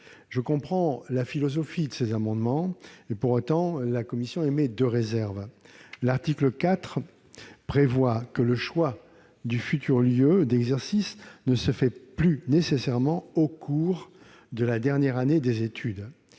Je comprends la philosophie de ces amendements. Pour autant, la commission émet deux réserves. Tout d'abord, l'article 4 prévoit que le choix du futur lieu d'exercice ne se fait plus nécessairement au cours de la dernière année des études